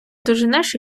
доженеш